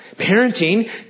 Parenting